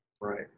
right